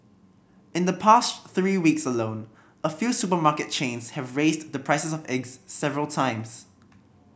in the past three weeks alone a few supermarket chains have raised the prices of eggs several times